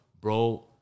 bro